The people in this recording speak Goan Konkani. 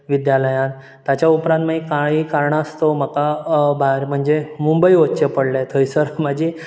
विध्यालयांत ताचे उपरांत मागीर कांयी कारणास्तो म्हाका भायर म्हणजे मुंबय वच्चें पडलें थंयसर म्हाजी